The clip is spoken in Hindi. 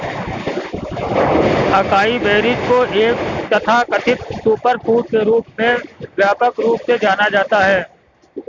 अकाई बेरीज को एक तथाकथित सुपरफूड के रूप में व्यापक रूप से जाना जाता है